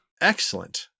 Excellent